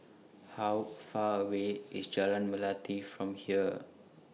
How Far away IS Jalan Melati from here